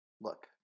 Look